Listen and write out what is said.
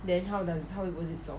then how does how it was it solved